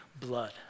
blood